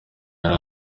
yari